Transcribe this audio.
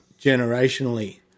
generationally